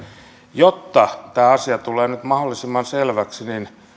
jotta tämä asia tulee nyt mahdollisimman selväksi